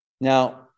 Now